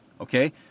okay